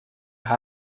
دیگه